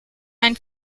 and